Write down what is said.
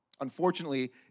unfortunately